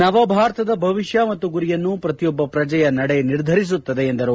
ನವಭಾರತದ ಭವಿಷ್ಣ ಮತ್ತು ಗುರಿಯನ್ನು ಪ್ರತಿಯೊಬ್ಲ ಪ್ರಜೆಯ ನಡೆ ನಿರ್ಧರಿಸುತ್ತದೆ ಎಂದರು